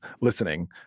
listening